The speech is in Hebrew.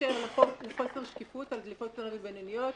מתקשר לחוסר שקיפות על דליפות קטנות ובינוניות,